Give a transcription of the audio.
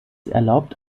erlaubt